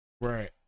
Right